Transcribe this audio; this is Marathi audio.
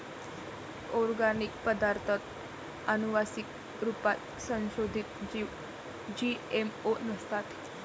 ओर्गानिक पदार्ताथ आनुवान्सिक रुपात संसोधीत जीव जी.एम.ओ नसतात